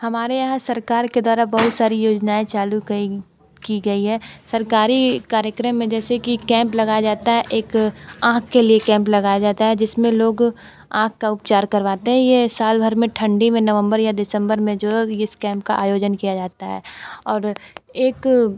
हमारे यहाँ सरकार के द्वारा बहुत सारी योजनाएँ चालू कई की गई है सरकारी कार्यक्रम में जैसे कि कैंप लगाया जाता है एक आँख के लिए कैंप लगाया जाता है जिसमें लोग आँख का उपचार करवाते हैं यह साल भर में ठंडी में नवम्बर या दिसम्बर में जो इस कैंप का आयोजन किया जाता है और एक